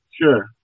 Sure